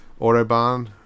Autobahn